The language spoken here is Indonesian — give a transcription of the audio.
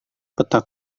peta